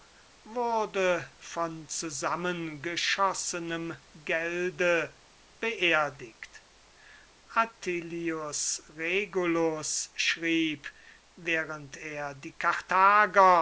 wurde von zusammengeschossenem gelde beerdigt attilius regulus schrieb während er die karthager